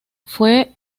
fue